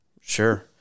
Sure